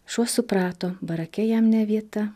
šuo suprato barake jam ne vieta